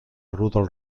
rudolf